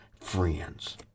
friends